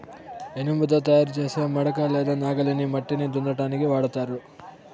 ఇనుముతో తయారు చేసే మడక లేదా నాగలిని మట్టిని దున్నటానికి వాడతారు